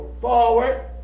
forward